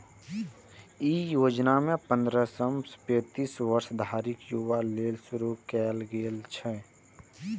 ई योजना पंद्रह सं पैतीस वर्ष धरिक युवा लेल शुरू कैल गेल छै